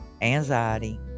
anxiety